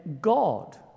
God